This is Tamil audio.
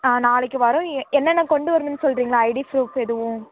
ஆ நாளைக்கு வர்றோம் என்னென்ன கொண்டு வரணுன்னு சொல்கிறீங்களா ஐடி ப்ரூஃப் எதுவும்